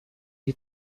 die